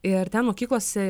ir ten mokyklose